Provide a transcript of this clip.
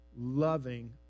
loving